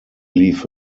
leave